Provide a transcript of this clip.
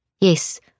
Yes